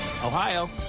Ohio